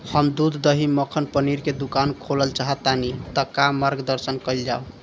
हम दूध दही मक्खन पनीर के दुकान खोलल चाहतानी ता मार्गदर्शन कइल जाव?